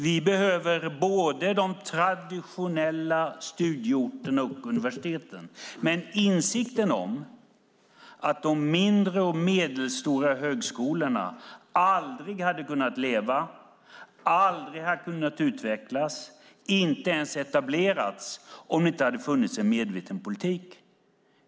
Vi behöver de traditionella studieorterna och universiteten och insikten att de mindre och medelstora högskolorna aldrig hade levt, utvecklats eller ens etablerats om det inte hade funnits en medveten politik.